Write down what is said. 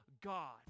God